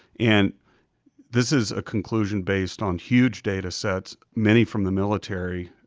and this is a conclusion based on huge data sets, many from the military.